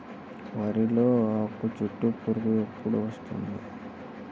వరిలో ఆకుచుట్టు పురుగు ఎప్పుడు వస్తుంది?